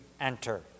enter